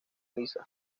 lisa